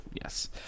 Yes